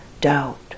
doubt